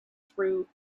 through